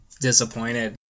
disappointed